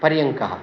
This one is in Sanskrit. पर्यङ्कः